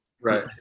right